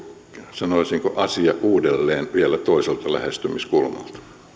sanoisinko koko asia uudelleen vielä toiselta lähestymiskulmalta